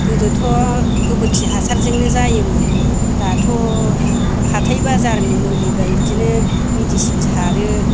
गोदोथ' गोबोरखि हासारजोंनो जायोमोन दाथ' हाथाय बाजारनि मुलि बायदिनो मेडिसिन सारो